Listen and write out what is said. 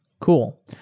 Cool